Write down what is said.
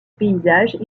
paysage